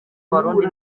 abarundi